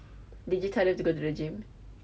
did you tell them to go to the gym